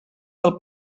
del